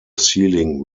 ceiling